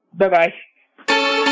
bye-bye